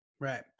right